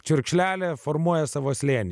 čiurkšlelė formuoja savo slėnį